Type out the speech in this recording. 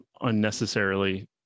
unnecessarily